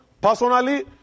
personally